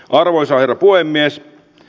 arvoisa herra puhemies